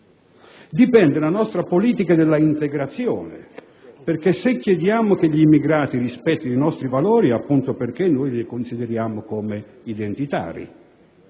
dipende la nostra politica dell'integrazione, perché se chiediamo che gli immigrati rispettino i nostri valori è proprio perché li consideriamo come identitari;